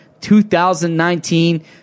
2019